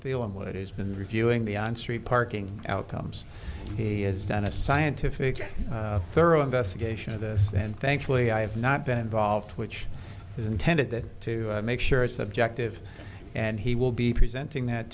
feeling what he's been reviewing the on street parking outcomes he has done a scientific and thorough investigation of this and thankfully i have not been involved which is intended that to make sure it's objective and he will be presenting that